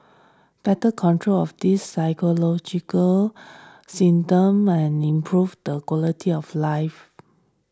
better control of these physiological symptoms and improve the quality of life